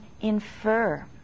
infer